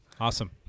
Awesome